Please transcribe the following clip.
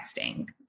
texting